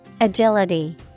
Agility